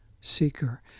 Seeker